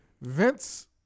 Vince